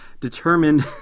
determined